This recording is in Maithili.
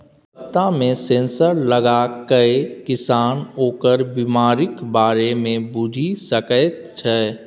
पत्तामे सेंसर लगाकए किसान ओकर बिमारीक बारे मे बुझि सकैत छै